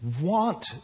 want